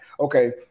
Okay